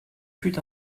fut